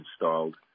installed